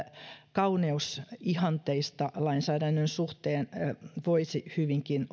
kauneusihanteista lainsäädännön suhteen voisi hyvinkin